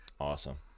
awesome